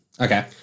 Okay